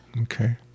Okay